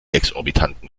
exorbitanten